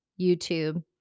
YouTube